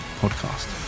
Podcast